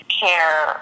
care